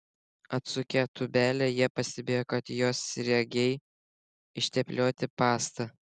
atsukę tūbelę jie pastebėjo kad jos sriegiai išteplioti pasta